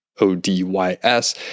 O-D-Y-S